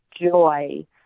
joy